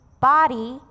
body